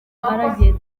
aragiye